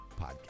podcast